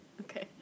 Okay